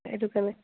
এইটো কাৰণে